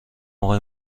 آقای